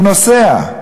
הוא נוסע.